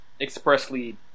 expressly